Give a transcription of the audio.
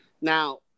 now